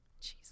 Jesus